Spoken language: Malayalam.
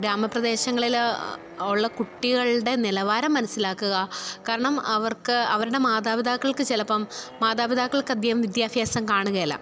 ഗ്രാമപ്രദേശങ്ങളിൽ ഉള്ള കുട്ടികളുടെ നിലവാരം മനസിലാക്കുക കാരണം അവര്ക്ക് അവരുടെ മാതാപിതാക്കള്ക്ക് ചിലപ്പം മാതാപിതാക്കള്ക്ക് അധികം വിദ്യാഭ്യാസം കാണുകയില്ല